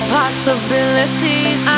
possibilities